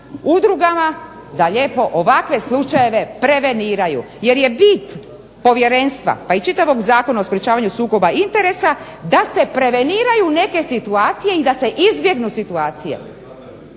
udrugama da lijepo ovakve slučajeve preveniraju, jer je bit povjerenstva, pa i čitavog Zakona o sprječavanju sukoba interesa da se preveniraju neke situacije i da se izbjegnu situacije.